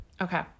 Okay